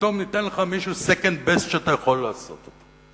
פתאום נותן לך מישהו second best שאתה יכול לעשות אותו,